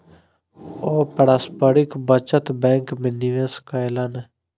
ओ पारस्परिक बचत बैंक में निवेश कयलैन